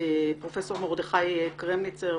פרופ' מרדכי קרמניצר,